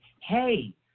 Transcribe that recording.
hey